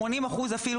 ואפילו 80%,